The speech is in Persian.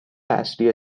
اصلی